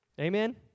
Amen